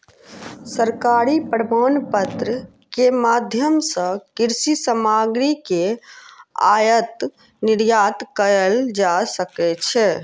सरकारी प्रमाणपत्र के माध्यम सॅ कृषि सामग्री के आयात निर्यात कयल जा सकै छै